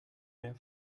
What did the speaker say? mehr